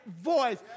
voice